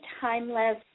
timeless